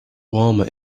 warmer